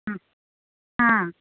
ಹ್ಞೂ ಹಾಂ